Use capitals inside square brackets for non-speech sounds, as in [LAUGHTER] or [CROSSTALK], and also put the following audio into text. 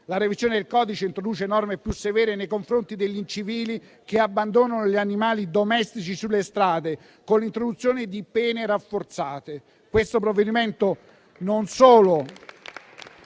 La revisione del codice introduce norme più severe nei confronti degli incivili che abbandonano gli animali domestici sulle strade, con l'introduzione di pene rafforzate. [APPLAUSE] Questo provvedimento non solo